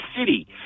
City